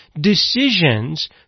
decisions